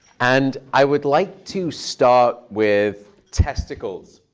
and i would like to start with testicles.